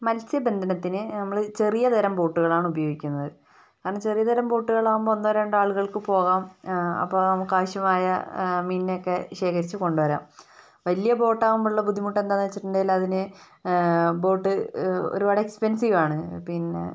മത്സ്യബന്ധനത്തിന് നമ്മള് ചെറിയ തരം ബോട്ടുകളാണ് ഉപയോഗിക്കുന്നത് കാരണം ചെറിയ തരം ബോട്ടുകളാകുമ്പോൾ ഒന്നോ രണ്ടാളുകൾക്ക് പോകാം അപ്പോൾ കാശുമായി മീനിനെയൊക്കെ ശേഖരിച്ച് കൊണ്ടുവരാം വലിയ ബോട്ടാകുമ്പോൾ ഉള്ള ബുദ്ധിമുട്ട് എന്താന്ന് വെച്ചിട്ടുണ്ടെങ്കില് അതിന് ബോട്ട് ഒരുപാട് എക്സ്പെൻസിവ് ആണ് പിന്നെ